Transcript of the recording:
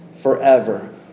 forever